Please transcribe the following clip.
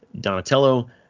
Donatello